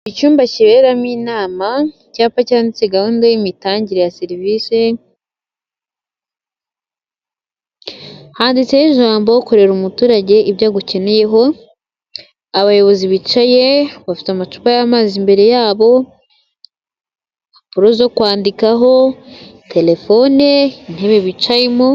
Icyumba kiberamo inama, icyapa cyanditse gahunda y'imitangire ya serivisi, handitseho ijambo korera umuturage ibyo agukeneyeho, abayobozi bicaye bafite amacupa y'amazi imbere yabo, impapuro zo kwandikaho, telefone intebe bicayemo.